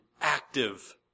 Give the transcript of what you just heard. active